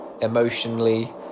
emotionally